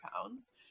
pounds